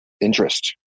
interest